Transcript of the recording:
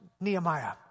Nehemiah